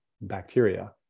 bacteria